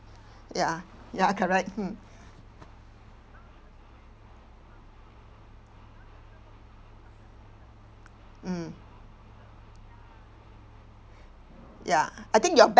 ya ya correct hmm mm ya I think your